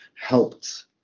helped